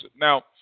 Now